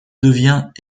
devient